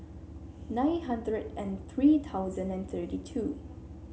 nine hundred and three thousand and thirty two